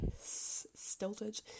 stilted